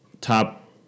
top